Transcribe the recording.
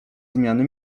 zmiany